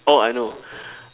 oh I know